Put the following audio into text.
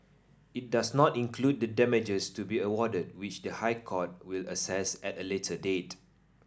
it does not include the damages to be awarded which the High Court will assess at a later date